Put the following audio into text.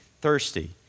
thirsty